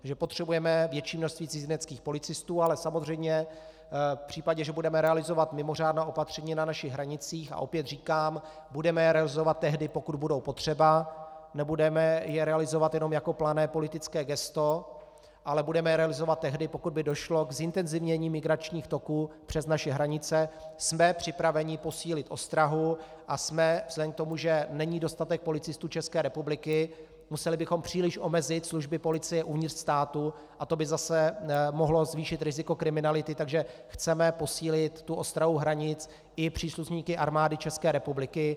Takže potřebujeme větší množství cizineckých policistů, ale samozřejmě v případě, že budeme realizovat mimořádná opatření na našich hranicích, a opět říkám, budeme je realizovat tehdy, pokud budou potřeba, nebudeme je realizovat jenom jako plané politické gesto, ale budeme je realizovat tehdy, pokud by došlo k zintenzivnění migračních toků přes naše hranice, jsme připraveni posílit ostrahu a jsme vzhledem k tomu, že není dostatek policistů České republiky, museli bychom příliš omezit služby policie uvnitř státu a to by zase mohlo zvýšit riziko kriminality, takže chceme posílit ostrahu hranic i příslušníky Armády České republiky.